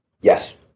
Yes